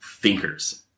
thinkers